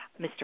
Mr